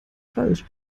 falsch